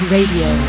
Radio